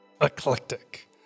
eclectic